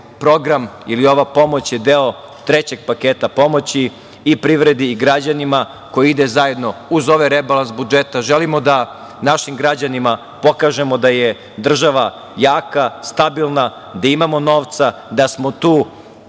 program ili ova pomoć je deo trećeg paketa pomoći, i privredi i građanima koji ide zajedno uz ovaj rebalans budžeta. Želimo da našim građanima pokažemo da je država jaka, stabilna, da imamo novca, da smo tu